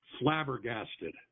flabbergasted